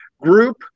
group